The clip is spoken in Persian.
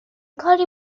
کاری